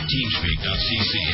TeamSpeak.cc